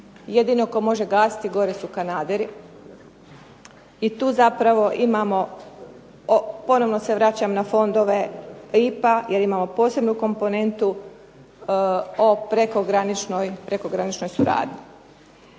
Jedino tko može gasiti gore su kanaderi i tu zapravo imamo, ponovno se vraćam na fondove IPA jer imamo posebnu komponentu o prekograničnoj suradnji.